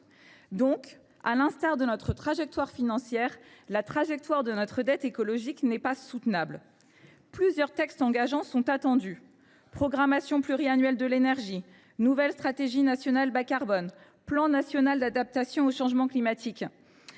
2050. À l’instar de notre trajectoire financière, celle de notre dette écologique n’est pas soutenable. Plusieurs textes engageants sont attendus : programmation pluriannuelle de l’énergie (PPE), nouvelle stratégie nationale bas carbone (SNBC) et plan national d’adaptation au changement climatique